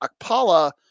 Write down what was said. Akpala